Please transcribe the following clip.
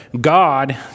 God